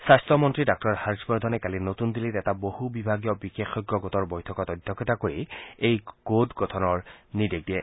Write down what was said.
স্বাস্থ্যমন্ত্ৰী ডাঃ হৰ্যবৰ্ধনে কালি নতুন দিল্লীত এটা বহু বিভাগীয় বিশেষজ্ঞ গোটৰ বৈঠকত অধ্যক্ষতা কৰি এই গোট গঠনৰ নিৰ্দেশ দিয়ে